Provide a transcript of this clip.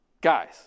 Guys